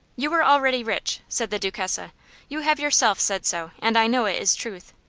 you are already rich, said the duchessa. you have yourself said so, and i know it is truth.